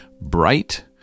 bright